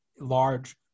large